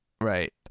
Right